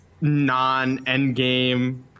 non-endgame